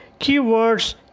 keywords